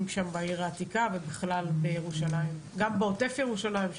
בעיר העתיקה ובכלל בירושלים ובעוטף ירושלים.